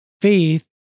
Faith